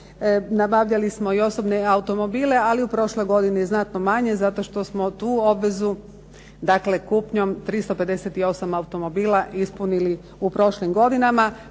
Nabavljali smo i osobne automobile, ali u prošloj godini znatno manje zato što smo tu obvezu, dakle kupnjom 358 automobila ispunili u prošlim godinama.